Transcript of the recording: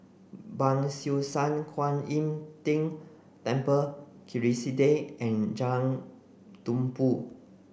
Ban Siew San Kuan Im Tng Temple Kerrisdale and Jalan Tumpu